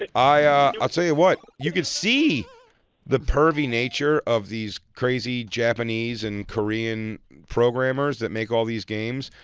i i'll tell you what, you can see the pervy nature of these crazy japanese and korean programmers that make all these games.